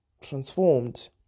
transformed